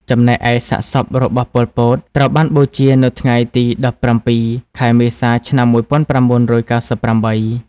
ចំណែកឯសាកសពរបស់ ប៉ុល ពត ត្រូវបានបូជា នៅថ្ងៃទី១៧ ខែមេសា ឆ្នាំ១៩៩៨។